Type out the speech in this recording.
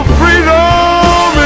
freedom